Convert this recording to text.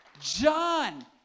John